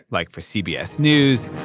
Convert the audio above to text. like for cbs news.